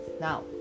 Now